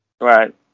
Right